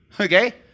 okay